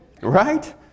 Right